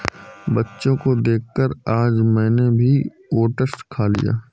बच्चों को देखकर आज मैंने भी ओट्स खा लिया